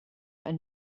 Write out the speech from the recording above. ein